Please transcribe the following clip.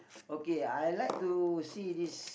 okay I like to see this